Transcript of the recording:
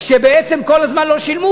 כשבעצם כל הזמן לא שילמו,